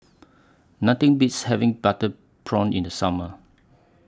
Nothing Beats having Butter Prawn in The Summer